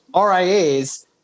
RIAs